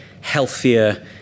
healthier